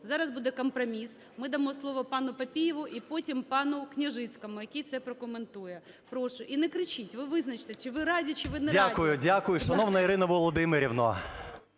зараз буде компроміс: ми надамо слово пану Папієву і потім пану Княжицькому, який це прокоментує. Прошу. І не кричіть, ви визначтеся, чи ви раді, чи ви не раді. 11:49:34 ПАПІЄВ М.М. Дякую. Дякую. Шановна Ірино Володимирівно,